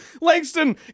Langston